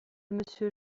monsieur